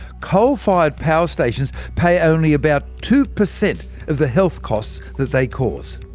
coal-fired power stations pay only about two percent of the health costs that they cause!